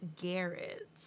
Garrett